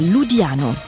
Ludiano